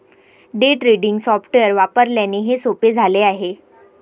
day trading software वापरल्याने हे सोपे झाले आहे